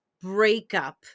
breakup